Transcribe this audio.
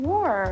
War